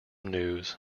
news